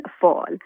fall